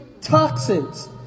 toxins